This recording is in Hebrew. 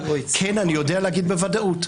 כן אני יודע להגיד בוודאות.